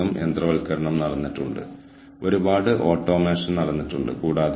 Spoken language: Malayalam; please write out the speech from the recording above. നമുക്ക് ഇവിടെ അവതരണത്തിലേക്ക് മടങ്ങാം